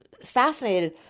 fascinated